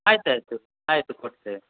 ಆಯ್ತು ಆಯಿತು ಆಯಿತು ಕೊಡ್ತೇವೆ